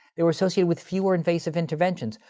they were associated with fewer invasive interventions.